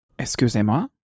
Excusez-moi